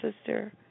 sister